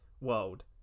world